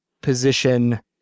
position